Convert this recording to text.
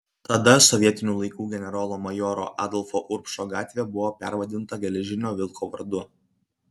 tada sovietinių laikų generolo majoro adolfo urbšo gatvė buvo pervadinta geležinio vilko vardu